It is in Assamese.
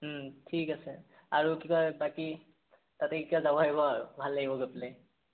ঠিক আছে আৰু কিবা বাকী তাতে এতিয়া যাব লাগিব আৰু ভাল লাগিব গৈ পেলায়